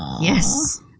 yes